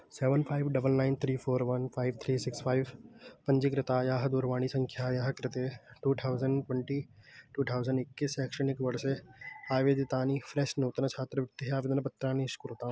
seven five double nine three four one five three six five पञ्जिकृतायाः दूरवाणीसङ्ख्यायाः कृते two thousand twenty two thousand एक्किस् शेक्षणिके वर्षे आवेदितानि फ़्लेश् नूतनछात्रवृत्तिः आवेदनपत्राणि निश्कुरुताम्